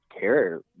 care